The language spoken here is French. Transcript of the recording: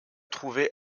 trouver